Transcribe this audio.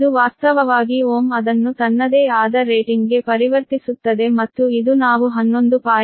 ಇದು ವಾಸ್ತವವಾಗಿ ಓಮ್ ಅದನ್ನು ತನ್ನದೇ ಆದ ರೇಟಿಂಗ್ಗೆ ಪರಿವರ್ತಿಸುತ್ತದೆ ಮತ್ತು ಇದು ನಾವು 11